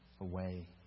away